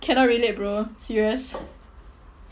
cannot relate bro serious